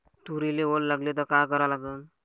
तुरीले वल लागली त का करा लागन?